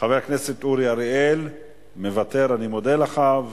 חבר הכנסת אורי אריאל, מוותר, אני מודה לך.